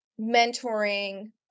mentoring